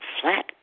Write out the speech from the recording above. flat